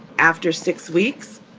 after six weeks.